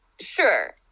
sure